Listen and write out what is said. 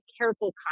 careful